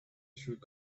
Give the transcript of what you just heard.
through